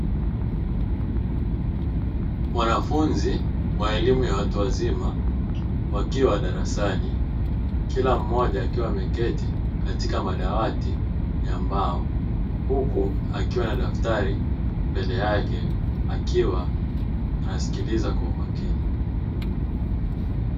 Wanafunzi wa elimu ya watu wazima wakiwa darasani, kila mmoja akiwa ameketi katika madawati ya mbao huku akiwa na daftari mbele yake akiwa anasikiliza kwa umakini.